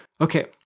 Okay